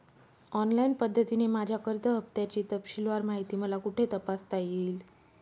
Online पद्धतीने माझ्या कर्ज हफ्त्याची तपशीलवार माहिती मला कुठे तपासता येईल?